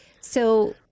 So-